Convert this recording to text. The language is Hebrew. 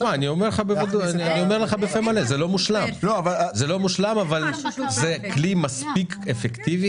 אני אומר לך בפה מלא שזה לא מושלם אבל זה כלי מספיק אפקטיבי